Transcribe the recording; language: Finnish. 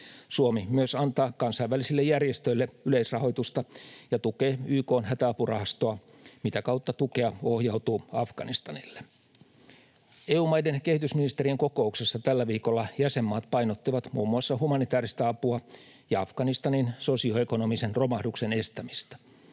Suomi myös antaa kansainvälisille järjestöille yleisrahoitusta ja tukee YK:n hätäapurahastoa, mitä kautta tukea ohjautuu Afganistanille. EU-maiden kehitysministerien kokouksessa tällä viikolla jäsenmaat painottivat muun muassa humanitääristä apua ja Afganistanin sosioekonomisen romahduksen estämistä.